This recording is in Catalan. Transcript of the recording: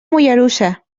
mollerussa